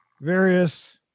various